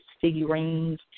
figurines